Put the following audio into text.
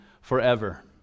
forever